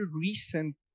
recent